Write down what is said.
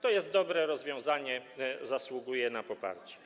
To jest dobre rozwiązanie, zasługuje na poparcie.